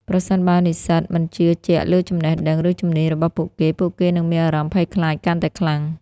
ប្រសិនបើនិស្សិតមិនជឿជាក់លើចំណេះដឹង ឬជំនាញរបស់ពួកគេ ពួកគេនឹងមានអារម្មណ៍ភ័យខ្លាចកាន់តែខ្លាំង។